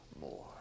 more